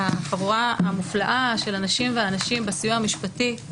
החבורה המופלאה של אנשים והנשים בסיוע המשפטי,